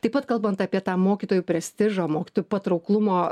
taip pat kalbant apie tą mokytojų prestižą mokytojų patrauklumo